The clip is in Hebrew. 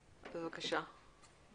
בבקשה.